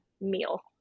meal